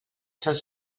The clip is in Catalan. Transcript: sols